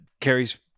carries